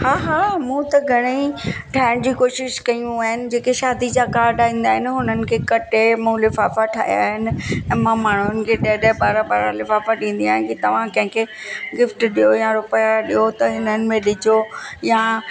हा हा मूं त घणेई ठाहिण जी कोशिश कयूं आहिनि जेके शादी जा कार्ड ईंदा आहिनि हुननि खे कटे मूं लिफ़ाफ़ा ठाहिया आहिनि ऐं मां माण्हुनि खे ॾह ॾह ॿारहं ॿारहं लिफ़ाफ़ा ॾींदी आहियां कि तव्हां कंहिंखे गिफ्ट ॾियो या रुपिया ॾियो त हिननि में ॾिजो या